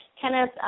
Kenneth